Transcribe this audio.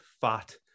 fat